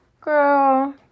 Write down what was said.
Girl